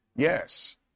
Yes